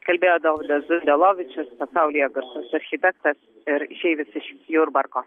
kalbėjo dovydas zundelovičius pasaulyje garsus architektas ir išeivis iš jurbarko